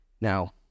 Now